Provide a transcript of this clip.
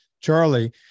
Charlie